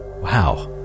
Wow